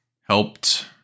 helped